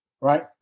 Right